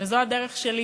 וזאת הדרך שלי